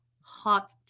hot